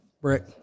Brick